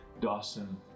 Dawson